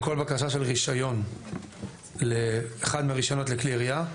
בכל בקשה של רישיון לאחד מהרישיונות לכלי ירייה,